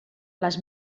les